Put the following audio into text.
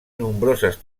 nombroses